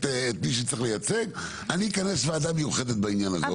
מי שצריך לייצג אני אכנס ועדה מיוחדת בעניין הזה,